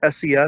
SES